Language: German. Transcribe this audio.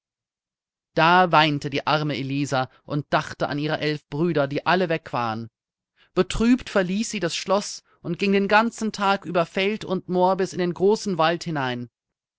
da weinte die arme elisa und dachte an ihre elf brüder die alle weg waren betrübt verließ sie das schloß und ging den ganzen tag über feld und moor bis in den großen wald hinein